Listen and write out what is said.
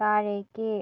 താഴേക്ക്